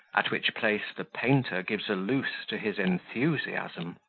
at which place the painter gives a loose to his enthusiasm.